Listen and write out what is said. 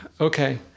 Okay